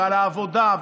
על העבודה,